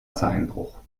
wassereinbruch